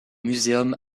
muséum